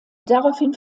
daraufhin